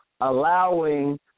allowing